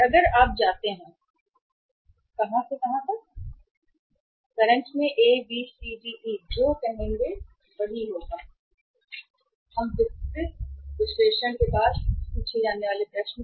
और अगर तुम जाते हो तो कहां से कहां से वर्तमान में कहां से ए बी सी डी या ई जो कहेंगे वही होगा इस विस्तृत विश्लेषण के बाद पूछे जाने वाले प्रश्न